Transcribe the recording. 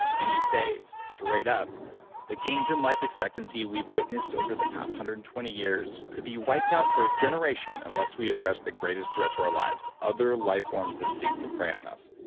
and you say straight up the gains in life expectancy we've witnessed over the past one hundred and twenty years could be wiped out for a generation unless we address the greatest threat to our lives, other life forms that seek to pray on us.